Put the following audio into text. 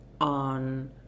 on